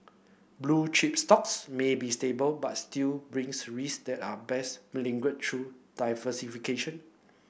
blue chip stocks may be stable but still brings risks that are best mitigated through diversification